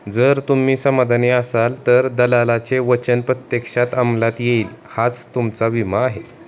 जर तुम्ही समाधानी असाल तर दलालाचे वचन प्रत्यक्षात अंमलात येईल हाच तुमचा विमा आहे